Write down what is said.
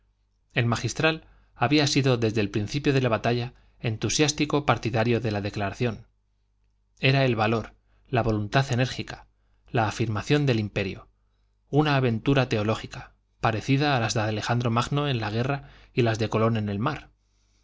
el magistral había sido desde el principio de la batalla entusiástico partidario de la declaración era el valor la voluntad enérgica la afirmación del imperio una aventura teológica parecida a las de alejandro magno en la guerra y las de colón en el mar